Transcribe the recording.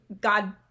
god